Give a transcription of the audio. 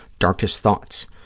darkest thoughts.